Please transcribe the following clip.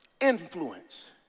influence